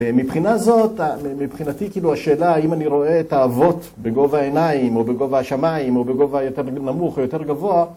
מבחינה זאת, מבחינתי השאלה האם אני רואה את האבות בגובה העיניים או בגובה השמיים או בגובה יותר נמוך או יותר גבוה